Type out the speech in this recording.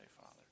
Father